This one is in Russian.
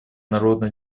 народно